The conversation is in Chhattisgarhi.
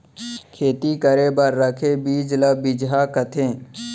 खेती करे बर रखे बीज ल बिजहा कथें